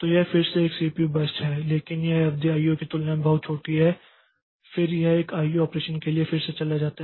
तो यह फिर से एक सीपीयू बर्स्ट है लेकिन यह अवधि आईओ की तुलना में बहुत छोटी है फिर यह एक आईओ ऑपरेशन के लिए फिर से चला जाता है